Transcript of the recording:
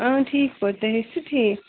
ٹھیٖک پٲٹھۍ تُہۍ ٲسِو ٹھیٖک